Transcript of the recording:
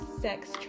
sex